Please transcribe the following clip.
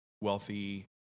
wealthy